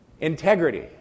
Integrity